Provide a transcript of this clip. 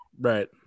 Right